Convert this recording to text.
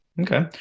Okay